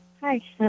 hi